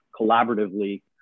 collaboratively